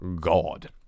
god